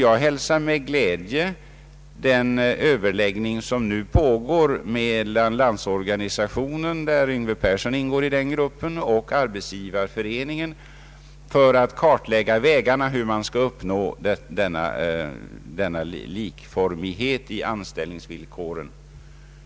Jag hälsar med glädje den överläggning som nu pågår mellan Landsorganisationen, och herr Yngve Persson ingår i den gruppen, samt Arbetsgivareföreningen för att kartlägga hur man skall uppnå denna likformighet i anställningsvillkoren.